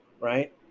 right